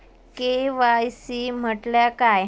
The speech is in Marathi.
के.वाय.सी म्हटल्या काय?